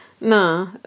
No